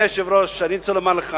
אני רוצה לומר לך